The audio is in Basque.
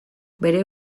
bere